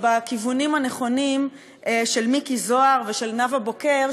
בכיוונים הנכונים של מיקי זוהר ושל נאוה בוקר,